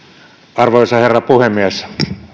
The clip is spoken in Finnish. arvoisa herra puhemies